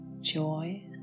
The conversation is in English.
joy